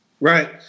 Right